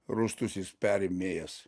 rūstusis perėmėjas